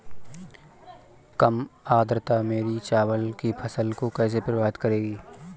कम आर्द्रता मेरी चावल की फसल को कैसे प्रभावित करेगी?